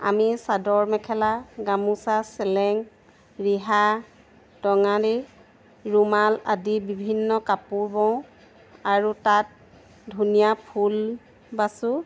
আমি চাদৰ মেখেলা গামোচা চেলেং ৰিহা টঙালি ৰুমাল আদি বিভিন্ন কাপোৰ বওঁ আৰু তাত ধুনীয়া ফুল বাচোঁ